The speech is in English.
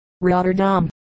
Rotterdam